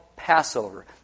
Passover